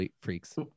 freaks